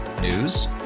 News